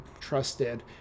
trusted